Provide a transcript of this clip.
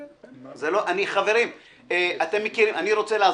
חברים, אני רוצה להזכיר,